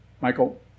Michael